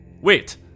Wait